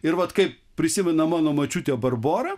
ir vat kaip prisimena mano močiutė barbora